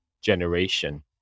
generation